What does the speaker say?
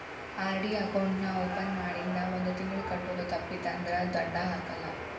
RD account ನಾ open ಮಾಡಿಂದ ಒಂದ್ ತಿಂಗಳ ಕಟ್ಟೋದು ತಪ್ಪಿತಂದ್ರ ದಂಡಾ ಹಾಕಲ್ಲ